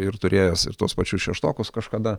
ir turėjęs ir tuos pačius šeštokus kažkada